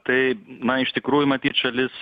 tai na iš tikrųjų matyt šalis